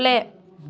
play